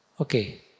Okay